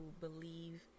believe